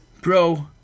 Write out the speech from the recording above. Bro